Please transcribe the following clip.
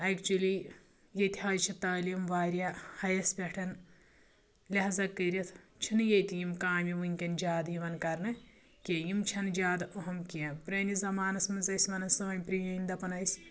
اٮ۪کچُؤلی ییٚتہِ حظ چھِ تعلیٖم واریاہ ہایس پیٹھ لہازا کٔرِتھ چھنہٕ ییٚتہِ یم کامہِ وٕنکٮ۪ن زیادٕ یِوان کرنہٕ کیٛنٚہہ یم چھنہٕ زیادٕ اہم کیٛنٚہہ پِرٲنِس زمانَس منٛز ٲسۍ وَنان سٲنۍ پرٲنۍ دَپان ٲسۍ